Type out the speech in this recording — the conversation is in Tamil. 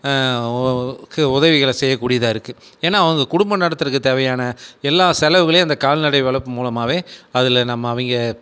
உதவிகளை செய்யக்கூடியதாக இருக்குது ஏனால் அவங்க குடும்பம் நடத்தறக்கு தேவையான எல்லா செலவுகளையும் அந்த கால்நடை வளர்ப்பு மூலமாகவே அதில் நம்ம அவங்க